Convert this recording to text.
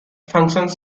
functions